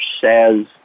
says